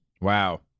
Wow